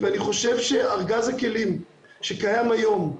אני חושב שארגז הכלים שקיים היום,